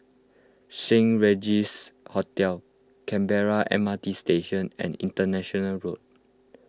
Saint Regis Hotel Canberra M R T Station and International Road